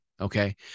Okay